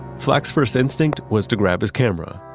flack's first instinct was to grab his camera.